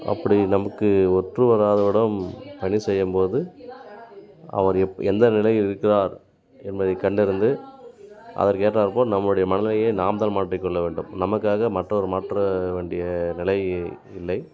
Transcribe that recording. அப்படி நமக்கு ஒற்று வராதவருடன் பணி செய்யம் போது அவர் எப் எந்த நிலையில் இருக்கிறார் என்பதை கண்டறிந்து அதற்கு ஏற்றார் போல் நம்முடைய மனநிலையை நாம் தான் மாற்றிக்கொள்ள வேண்டும் நமக்காக மற்றவர் மாற்ற வேண்டிய நிலை இல்லை